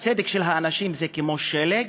הצדק של האנשים הוא כמו שלג,